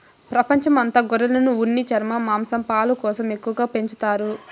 ప్రపంచం అంత గొర్రెలను ఉన్ని, చర్మం, మాంసం, పాలు కోసం ఎక్కువగా పెంచుతారు